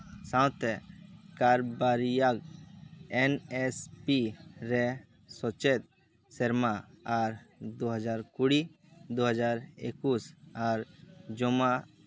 ᱥᱟᱶᱛᱮ ᱠᱟᱨᱵᱟᱨᱤᱭᱟ N S P ᱨᱮ ᱥᱮᱪᱮᱫ ᱥᱮᱨᱢᱟ ᱟᱨ ᱫᱩᱦᱟᱡᱟᱨ ᱠᱩᱲᱤ ᱫᱩᱦᱟᱡᱟᱨ ᱮᱠᱩᱥ ᱟᱨ ᱡᱚᱢᱟ